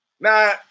Now